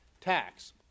tax